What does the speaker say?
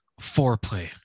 foreplay